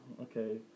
okay